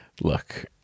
Look